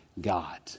God